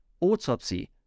Autopsy